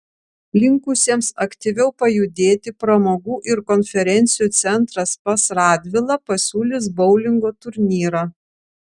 linkusiems aktyviau pajudėti pramogų ir konferencijų centras pas radvilą pasiūlys boulingo turnyrą